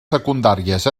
secundàries